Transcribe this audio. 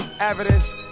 evidence